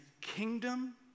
kingdom